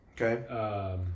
Okay